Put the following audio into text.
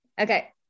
okay